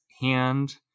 hand